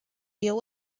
deal